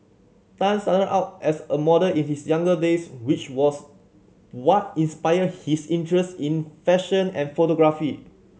Tan started out as a model in his younger days which was what inspired his interest in fashion and photography